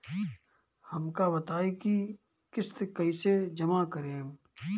हम का बताई की किस्त कईसे जमा करेम?